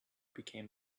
became